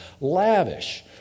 lavish